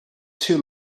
too